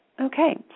okay